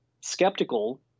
skeptical